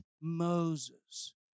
Moses